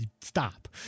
stop